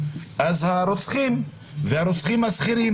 אז הרוצחים והרוצחים השכירים,